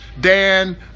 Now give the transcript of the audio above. Dan